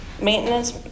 maintenance